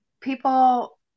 People